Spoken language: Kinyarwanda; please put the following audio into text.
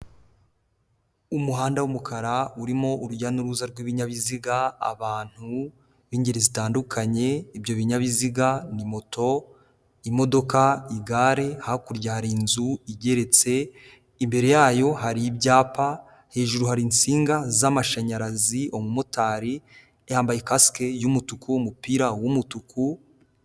Umuhanda w'umukara urimo urujya n'uruza rw'ibinyabiziga, abantu b'ingeri zitandukanye, ibyo binyabiziga ni moto, imodoka, igare, hakurya hari inzu igeretse, imbere yayo hari ibyapa, hejuru hari insinga z'amashanyarazi, umumotari yambaye y'umutuku, umupira w'umutuku.